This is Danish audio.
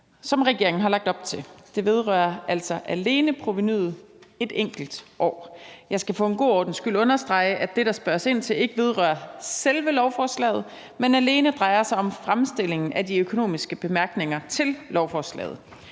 som regeringen har lagt op til. Det vedrører altså alene provenuet et enkelt år. Jeg skal for god ordens skyld understrege, at det, der spørges ind til, ikke vedrører selve lovforslaget, men alene drejer sig om fremstillingen af de økonomiske bemærkninger til lovforslaget.